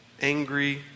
angry